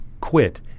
quit